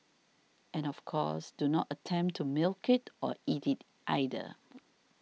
and of course do not attempt to milk it or eat it either